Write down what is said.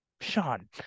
Sean